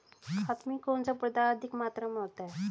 खाद में कौन सा पदार्थ अधिक मात्रा में होता है?